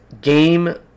game